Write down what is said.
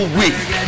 week